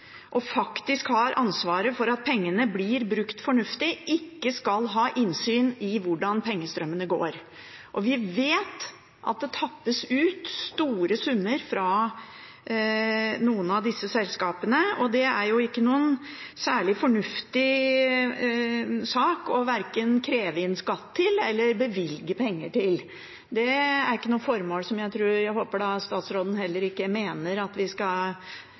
og faktisk har ansvaret for at pengene blir brukt fornuftig, ikke skal ha innsyn i hvordan pengestrømmene går. Vi vet at det tappes store summer fra noen av disse selskapene. Det er ikke noen særlig fornuftig sak verken å kreve inn skatt til eller å bevilge penger til. Det er ikke noe formål. Jeg håper statsråden heller ikke mener at vi skal